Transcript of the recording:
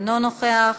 אינו נוכח,